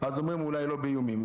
אז אומרים אולי לא באיומים.